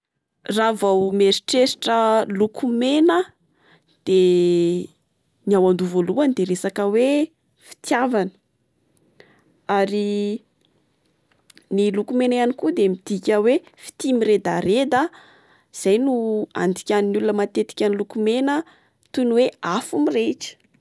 Raha vao mieritreritra loko mena de ny ao andoha voalohany dia resaka hoe fitiavana. Ary ny loko mena ihany koa dia midika hoe fitia miredareda. Izay no andikan'ny olona matetika ny loko mena toy ny hoe afo mirehitra.